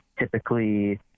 Typically